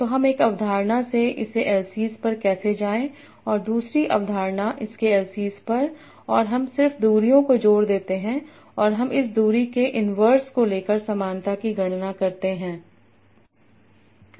तो हम एक अवधारणा से इसके L C s पर कैसे जाएं और दूसरी अवधारणा इसके L C s पर और हम सिर्फ दूरियों को जोड़ देते हैं और हम इस दूरी के इनवर्स को ले कर समानता की गणना करते हैं